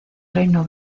reino